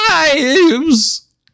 lives